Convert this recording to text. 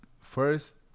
first